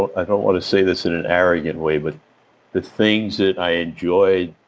i don't want to say this in an arrogant way, but the things that i enjoyed.